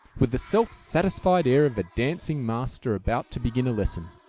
with the self-satisfied air of a dancing master about to begin a lesson.